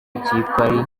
ikipari